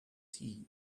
tea